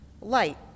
Light